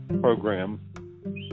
program